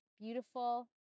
beautiful